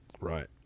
Right